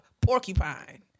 porcupine